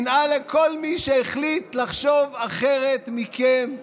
שנאה לכל מי שהחליט לחשוב אחרת מכם,